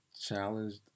challenged